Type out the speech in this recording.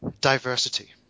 diversity